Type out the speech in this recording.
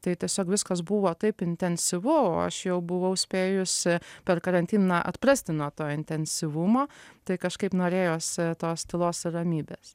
tai tiesiog viskas buvo taip intensyvu o aš jau buvau spėjusi per karantiną atprasti nuo to intensyvumo tai kažkaip norėjosi tos tylos ir ramybės